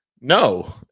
No